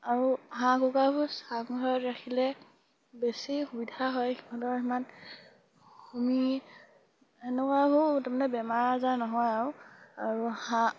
আৰু হাঁহ কুকুৰাবোৰ চাং ঘৰত ৰাখিলে বেছি সুবিধা হয় সিহঁতৰ সিমান হুমি সেনেকুৱাবোৰ তাৰমানে বেমাৰ আজাৰ নহয় আৰু আৰু হাঁহ